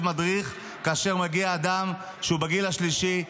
מדריך כאשר מגיע אדם שהוא בגיל השלישי.